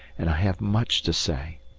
and i have much to say.